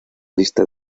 lista